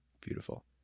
beautiful